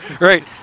Right